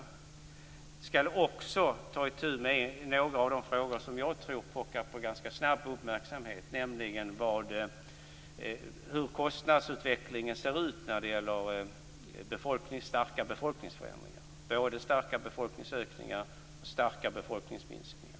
Den skall också ta itu med några av de frågor som jag tror pockar på ganska snabb uppmärksamhet, nämligen hur kostnadsutvecklingen ser ut vid starka befolkningsförändringar - både starka befolkningsökningar och starka befolkningsminskningar.